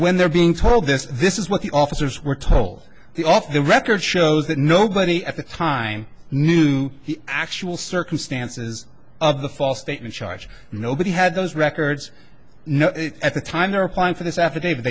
when they're being told this this is what the officers were told the off the record shows that nobody at the time knew the actual circumstances of the false statement charge nobody had those records at the time they're applying for this affidavit